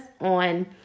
on